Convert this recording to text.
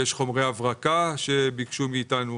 ומפעלים של חומרי הברקה שביקשו מאיתנו.